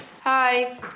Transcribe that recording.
Hi